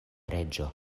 reĝo